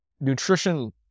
nutrition